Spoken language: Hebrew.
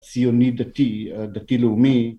ציוני דתי, דתי לאומי.